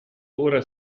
ora